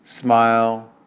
smile